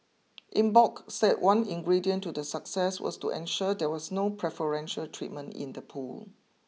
Eng Bock said one ingredient to the success was to ensure there was no preferential treatment in the pool